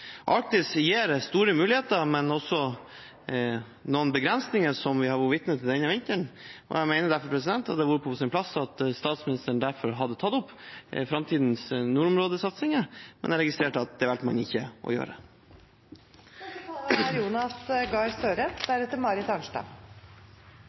Arktis gir store muligheter, men også noen begrensninger, som vi har vært vitne til denne vinteren. Jeg mener derfor det hadde vært på sin plass at statsministeren hadde tatt opp framtidens nordområdesatsinger, men jeg registrerer at det valgte man ikke å gjøre.